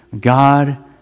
God